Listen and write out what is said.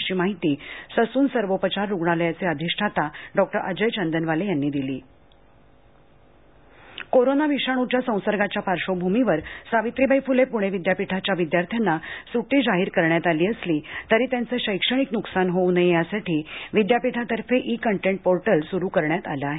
अशी माहिती ससून सर्वोपचार रुग्णालयाचे अधिष्ठाता डॉक्टर अजय चंदनवाले यांनी दिली कोरोना कोरोना विषाणूचा संसर्गाच्या पार्श्वभूमीवर सावित्रीबाई फ्ले प्णे विद्यापीठाच्या विद्यार्थ्यांना स्ट्टी जाहीर करण्यात आली असली तरी त्यांचे शैक्षणिक न्कसान होऊ नये यासाठी विद्यापीठातर्फे ई कंटेन्ट पोर्टल सुरू करण्यात आले आहे